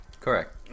Correct